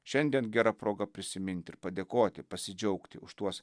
šiandien gera proga prisiminti ir padėkoti pasidžiaugti už tuos